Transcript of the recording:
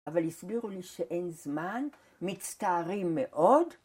אבל הסבירו לי שאין זמן, מצטערים מאוד.